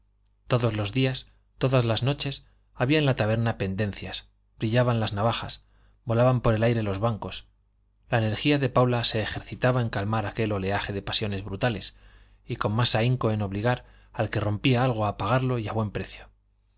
todos los días todas las noches había en la taberna pendencias brillaban las navajas volaban por el aire los bancos la energía de paula se ejercitaba en calmar aquel oleaje de pasiones brutales y con más ahínco en obligar al que rompía algo a pagarlo y a buen precio